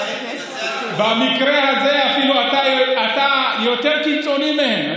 במקרה הזה אתה אפילו יותר קיצוני מהם,